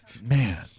Man